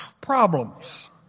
problems